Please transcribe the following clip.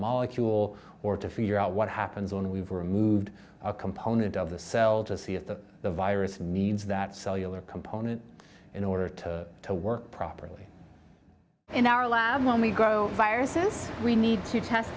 molecule or to figure out what happens when we've removed a component of the cell to see if the virus needs that cellular component in order to to work properly in our lab when we grow viruses we need to test